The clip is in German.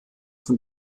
von